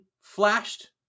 flashed